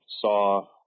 saw